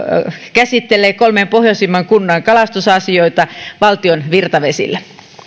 käsittelee kolmen pohjoisimman kunnan kalastusasioita valtion virtavesillä